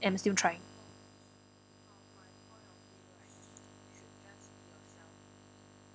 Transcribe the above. I'm still trying